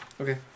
Okay